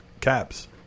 caps